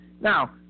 Now